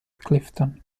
clifton